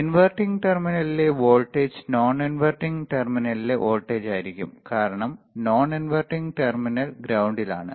inverting ടെർമിനലിലെ voltage non inverting ടെർമിനലിൽ വോൾട്ടേജായിരിക്കും കാരണം നോൺ ഇൻവെർട്ടിംഗ് ടെർമിനൽ ഗ്രൌണ്ടിലാണ്